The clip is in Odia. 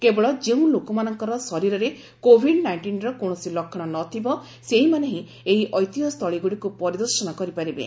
କେବଳ ଯେଉଁ ଲୋକମାନଙ୍କ ଶରୀରରେ କୋଭିଡ ନାଇଷ୍ଟିନ୍ର କୌଣସି ଲକ୍ଷଣ ନଥିବ ସେହିମାନେ ହିଁ ଏହି ଐତିହ୍ୟସ୍ଥଳୀଗୁଡ଼ିକୁ ପରିଦର୍ଶନ କରିପାରିବେ